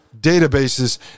databases